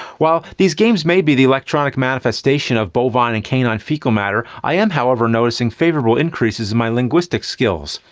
while these games may be the electronic manifestation of bovine and canine fecal matter, i am however noticing favorable increases in my linguistic skills.